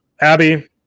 Abby